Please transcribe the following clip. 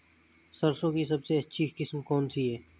सरसों की सबसे अच्छी किस्म कौन सी है?